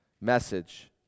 message